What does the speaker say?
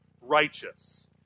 righteous